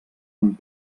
amb